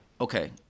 okay